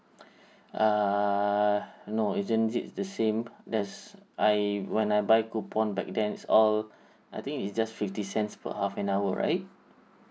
err no isn't it the same uh that's I when I buy coupon back then it's all I think is just fifty cents per half an hour right